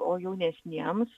o jaunesniems